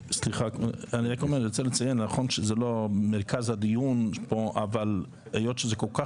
ונכון שזה לא מרכז הדיון אבל היות שהנושא כל-כך